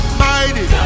mighty